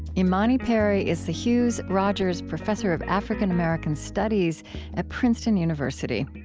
imani perry is the hughes-rogers professor of african american studies at princeton university.